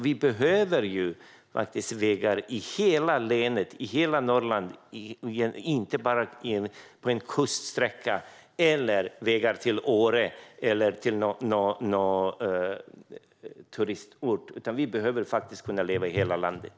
Vi behöver vägar i hela länet och i hela Norrland och inte bara på en kuststräcka eller vägar till Åre eller någon turistort. Vi behöver kunna leva i hela landet.